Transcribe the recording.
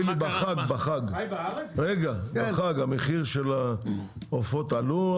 בחג המחיר של העופות עלה?